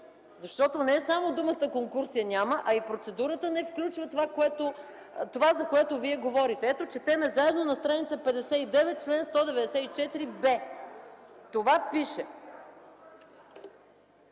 Защото не само думата „конкурс” я няма, а и процедурата не включва това, за което Вие говорите. Ето, четем заедно на стр. 59 – чл. 194б – това пише.